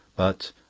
but,